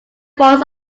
falls